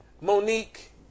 Monique